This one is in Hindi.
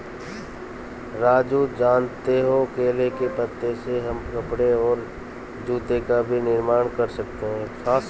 राजू जानते हो केले के पत्ते से हम कपड़े और जूते का भी निर्माण कर सकते हैं